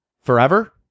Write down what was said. Forever